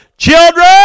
Children